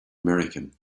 american